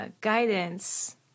guidance